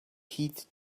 heed